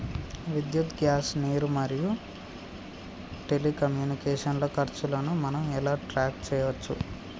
విద్యుత్ గ్యాస్ నీరు మరియు టెలికమ్యూనికేషన్ల ఖర్చులను మనం ఎలా ట్రాక్ చేయచ్చు?